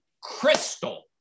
crystal